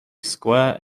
square